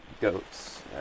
goats